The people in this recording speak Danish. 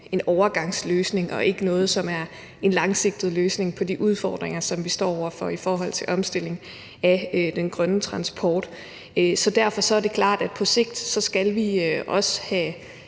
en overgangsløsning og ikke noget, som er en langsigtet løsning på de udfordringer, som vi står over for i forhold til omstilling til den grønne transport. Derfor er det klart, at vi på sigt også skal have